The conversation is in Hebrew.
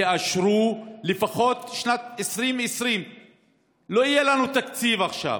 תאשרו לפחות את שנת 2020. לא יהיה לנו תקציב עכשיו,